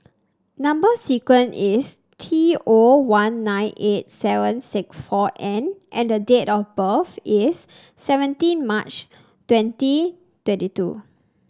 number sequence is T O one nine eight seven six four N and the date of birth is seventeen March twenty twenty two